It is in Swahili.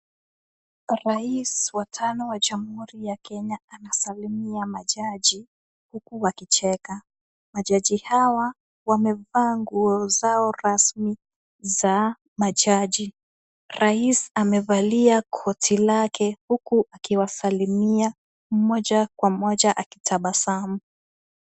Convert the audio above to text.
Rais wa tano wa jamhuri ya Kenya anasalimia majaji, huku wakicheka. Majaji hawa wamevaa nguo zao rasmi za majaji. Rais amevalia koti lake, huku akiwasalimia mmoja kwa mmoja akitabasamu.